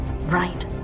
right